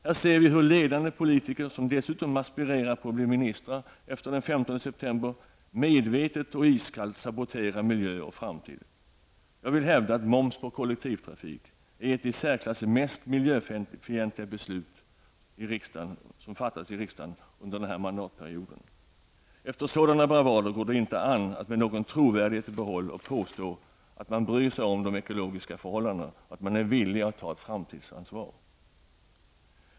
Här ser vi hur ledande politiker, som dessutom aspirerar på att bli ministrar efter den 15 september, medvetet och iskallt saboterar miljö och framtid. Jag vill hävda att moms på kollektivtrafik är det i särklass mest miljöfientliga beslutet som har fattats i riksdagen under denna mandatperiod. Efter sådana bravader går det inte an att med någon trovärdighet i behåll påstå att man bryr sig om de ekologiska förhållandena och att man är villig att ta ett framtidsansvar.